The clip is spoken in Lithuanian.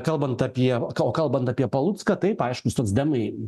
kalbant apie o kal kalbant apie palucką taip aišku socdemai